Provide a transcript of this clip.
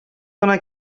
гына